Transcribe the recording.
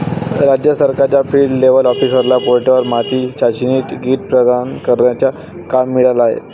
राज्य सरकारच्या field level ऑफिसरला पोर्टेबल माती चाचणी किट प्रदान करण्याचा काम मिळाला आहे